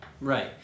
Right